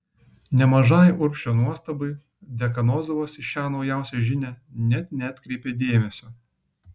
nemažai urbšio nuostabai dekanozovas į šią naujausią žinią net neatkreipė dėmesio